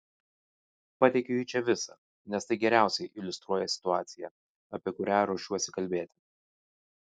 pateikiu čia jį visą nes tai geriausiai iliustruoja situaciją apie kurią ruošiuosi kalbėti